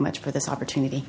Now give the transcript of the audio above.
much for this opportunity